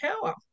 power